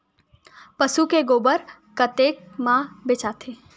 पशु के गोबर कतेक म बेचाथे?